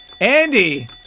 Andy